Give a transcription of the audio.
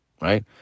Right